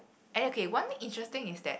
and then K one thing interesting is that